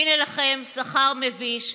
הינה לכם שכר מביש.